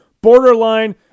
Borderline